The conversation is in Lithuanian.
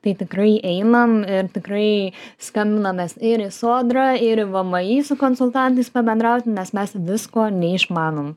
tai tikrai einam ir tikrai skambinamės ir į sodrą ir į vmi su konsultantais pabendrauti nes mes visko neišmanom